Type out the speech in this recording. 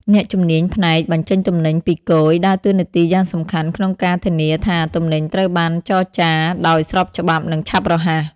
អ្នកជំនាញផ្នែកបញ្ចេញទំនិញពីគយ ដើរតួនាទីយ៉ាងសំខាន់ក្នុងការធានាថាទំនិញត្រូវបានចរាចរដោយស្របច្បាប់ និងឆាប់រហ័ស។